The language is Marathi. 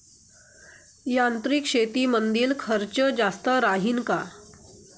यांत्रिक शेतीमंदील खर्च जास्त राहीन का?